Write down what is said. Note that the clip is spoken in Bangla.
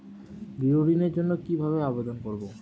গৃহ ঋণ জন্য কি ভাবে আবেদন করব?